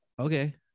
Okay